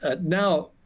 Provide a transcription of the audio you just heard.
Now